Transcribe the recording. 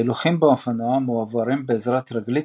ההילוכים באופנוע מועברים בעזרת רגלית